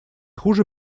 хуже